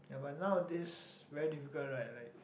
ya but nowadays very difficult right like